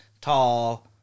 tall